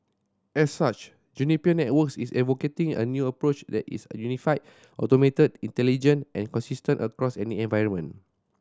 as such Juniper Networks is advocating a new approach that is unified automated intelligent and consistent across any environment